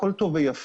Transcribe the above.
הכול טוב ויפה,